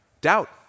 Doubt